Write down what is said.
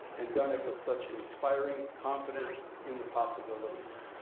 and done it with such inspiring confidence in the possibilities.